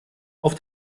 auf